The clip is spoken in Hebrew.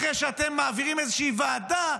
אחרי שאתם מעבירים איזושהי ועדה,